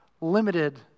limited